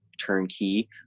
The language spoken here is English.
turnkey